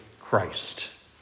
Christ